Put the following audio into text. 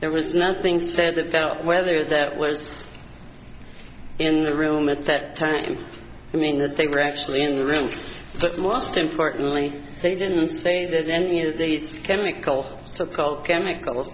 there was nothing said the girl whether that was in the room at that time i mean that they were actually in the room but most importantly they didn't say that any of these chemical so called chemicals